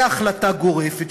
בהחלטה גורפת,